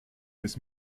des